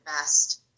best